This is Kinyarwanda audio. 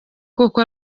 koko